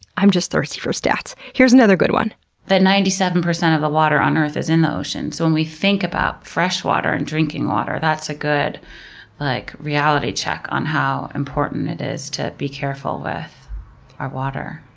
i'm just thirsty for stats. here's another good one ninety seven percent of the water on earth is in the ocean, so when we think about freshwater and drinking water, that's a good like reality check on how important it is to be careful with our water.